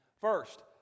First